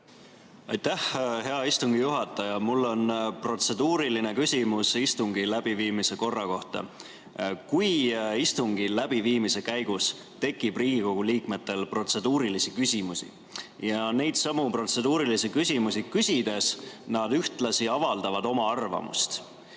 Aitäh, hea istungi juhataja! Mul on protseduuriline küsimus istungi läbiviimise korra kohta. Kui istungi läbiviimise käigus tekib Riigikogu liikmetel protseduurilisi küsimusi ja neidsamu protseduurilisi küsimusi küsides nad ühtlasi avaldavad oma arvamust,